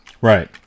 Right